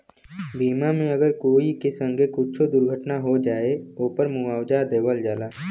बीमा मे अगर कोई के संगे कुच्छो दुर्घटना हो जाए, ओपर मुआवजा देवल जाला